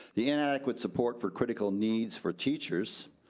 the inadequate support for critical needs for teachers,